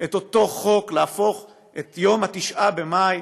את אותו חוק להפוך את יום 9 במאי